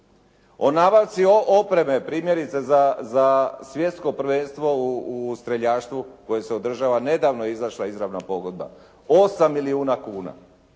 O nabavci opreme, primjerice za svjetsko prvenstvo u streljaštvu koje se održava, nedavno je izašla izravna pogodba 8 milijuna kuna.